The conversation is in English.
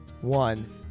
one